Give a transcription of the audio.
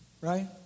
right